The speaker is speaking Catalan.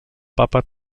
papa